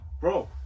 Bro